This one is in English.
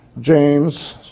James